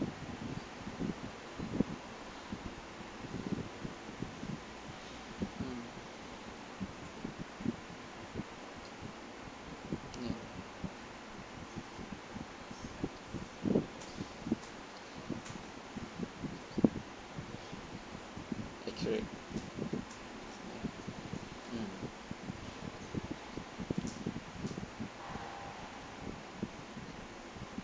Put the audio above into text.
mm ya accurate mm